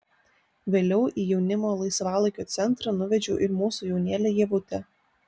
vėliau į jaunimo laisvalaikio centrą nuvedžiau ir mūsų jaunėlę ievutę